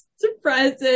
surprising